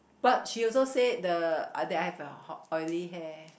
but she also said the that I have oil oily hair